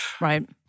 Right